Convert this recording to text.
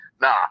nah